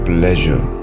Pleasure